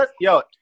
Yo